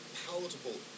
palatable